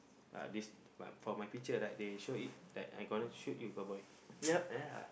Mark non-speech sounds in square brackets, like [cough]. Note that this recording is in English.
ya this my for my picture right they show it like I gonna shoot you cowboy [noise] yeah